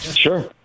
Sure